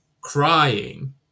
crying